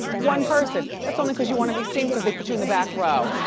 one person, that's only cause you want to be seen cause they put you in the back row.